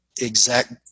exact